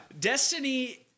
Destiny